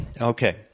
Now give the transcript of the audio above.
okay